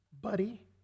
buddy